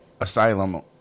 Asylum